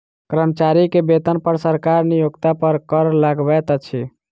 कर्मचारी के वेतन पर सरकार नियोक्ता पर कर लगबैत अछि